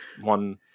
one